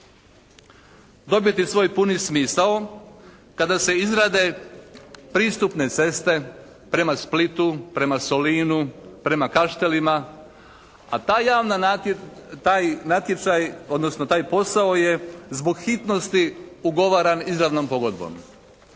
dobiti svoj puni smisao kada se izrade pristupne ceste prema Splitu, prema Solinu, prema Kaštelima. A ta javna, taj natječaj, odnosno taj posao je zbog hitnosti ugovaran izravnom pogodbom.